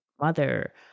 mother